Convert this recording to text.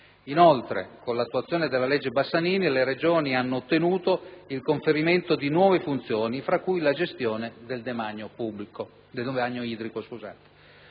Inoltre, con l'attuazione della legge Bassanini, le Regioni hanno ottenuto il conferimento di nuove funzioni, fra cui la gestione del demanio idrico.